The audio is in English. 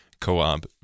co-op